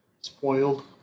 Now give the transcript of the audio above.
Spoiled